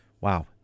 Wow